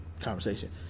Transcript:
conversation